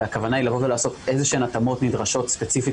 והכוונה היא לבוא ולעשות איזה שהן התאמות נדרשות ספציפית